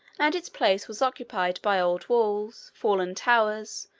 and its place was occupied by old walls, fallen towers,